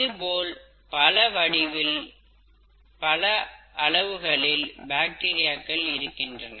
இதேபோல் பல வடிவில் பல அளவுகளில் பாக்டீரியாக்கள் இருக்கின்றன